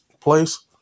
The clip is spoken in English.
place